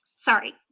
Sorry